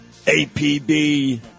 APB